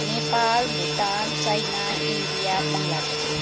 Nepal Bhutan China India Bangladesh